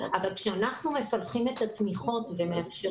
אבל כאשר אנחנו מפלחים את התמיכות ומאפשרים